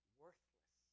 worthless